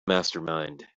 mastermind